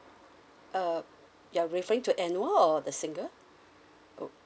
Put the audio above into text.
uh you're referring to annual or the single uh